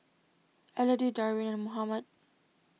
Elodie Darwin and Mohammad